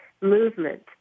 movement